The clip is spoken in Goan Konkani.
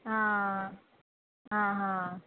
आ आ हा